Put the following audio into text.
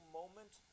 moment